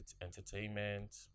entertainment